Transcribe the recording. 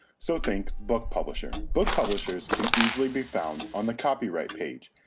so think book publisher. book publishers can easily be found on the copyright page,